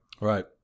right